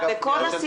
הסיפור.